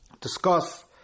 discuss